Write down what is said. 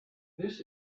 this